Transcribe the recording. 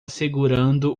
segurando